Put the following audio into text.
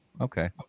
Okay